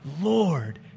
Lord